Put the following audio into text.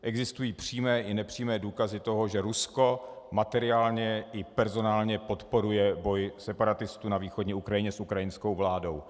Existují přímé i nepřímé důkazy toho, že Rusko materiálně i personálně podporuje boj separatistů na východní Ukrajině s ukrajinskou vládou.